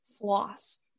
floss